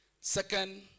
Second